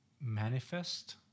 manifest